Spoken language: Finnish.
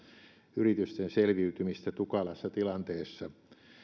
yritysten selviytymistä tukalassa tilanteessa